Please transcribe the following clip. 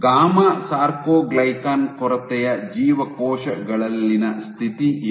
gamma sarcoglycan ಕೊರತೆಯ ಜೀವಕೋಶಗಳಲ್ಲಿನ ಸ್ಥಿತಿ ಇದು